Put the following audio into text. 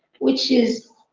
which is